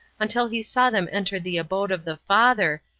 until he saw them enter the abode of the father,